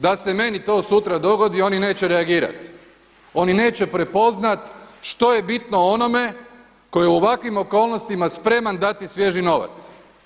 Da se meni to sutra dogodi oni neće reagirati, oni neće prepoznati što je bitno o onome koji je u ovakvim okolnostima spreman dati svježi novac.